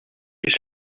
his